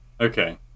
Okay